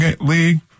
league